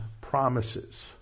promises